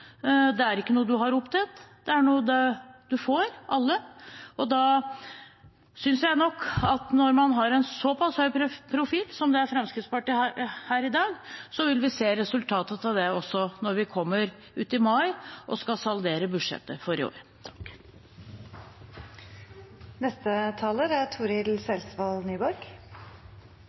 Det er ikke noe en har opptjent, det er noe alle får. Da synes jeg nok at når man har en såpass høy profil som det Fremskrittspartiet har her i dag, så vil vi se resultatet av det også når vi kommer uti mai og skal saldere budsjettet for i år. Framstegspartiet bles i luren i denne saka, og difor tenkte eg det er